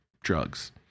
drugs